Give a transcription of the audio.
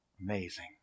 Amazing